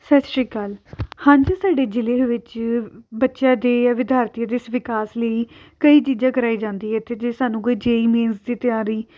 ਸਤਿ ਸ਼੍ਰੀ ਅਕਾਲ ਹਾਂਜੀ ਸਾਡੇ ਜ਼ਿਲ੍ਹੇ ਵਿੱਚ ਬੱਚਿਆਂ ਦੇ ਜਾਂ ਵਿਦਿਆਰਥੀ ਦੇ ਵਿਕਾਸ ਲਈ ਕਈ ਚੀਜ਼ਾਂ ਕਰਵਾਈ ਜਾਂਦੀ ਇੱਥੇ ਜੇ ਸਾਨੂੰ ਕੋਈ ਜੇ ਈ ਮੀਨਸ ਦੀ ਤਿਆਰੀ